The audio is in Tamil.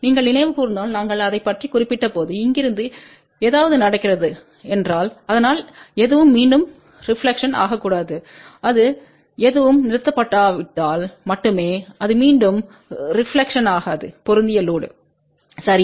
நீங்கள் நினைவு கூர்ந்தால் நாங்கள் அதைப் பற்றி குறிப்பிட்டபோது இங்கிருந்து இங்கிருந்து ஏதாவது நடக்கிறது என்றால் அதனால் எதுவும் மீண்டும் ரெப்லக்க்ஷன்கக்கூடாது அது எதுவும் நிறுத்தப்படாவிட்டால் மட்டுமே அது மீண்டும் ரெப்லக்க்ஷன்காது பொருந்திய லோடு சரி